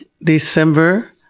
December